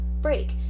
break